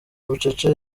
bucece